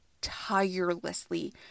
tirelessly